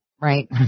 right